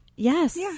Yes